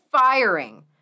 firing